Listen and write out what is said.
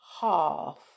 half